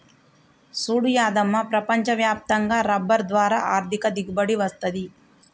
సూడు యాదమ్మ ప్రపంచ వ్యాప్తంగా రబ్బరు ద్వారా ఆర్ధిక దిగుబడి వస్తది